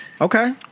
Okay